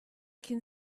can